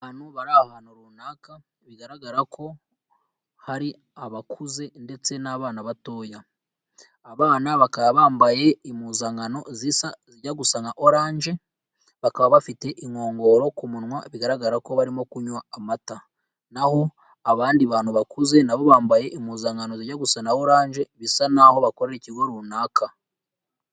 Abantu bari ahantu runaka bigaragara ko hari abakuze ndetse n'abana batoya abana bakaba bambaye impuzankano zisa zijya gusa nka orange bakaba bafite inkongoro ku munwa bigaragara ko barimo kunywa amata, naho abandi bantu bakuze nabo bambaye impuzankano zijya gu gusa na orange bisa naho bakorera ikigo runaka.